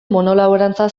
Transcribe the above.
monolaborantza